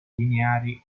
lineari